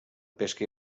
pesca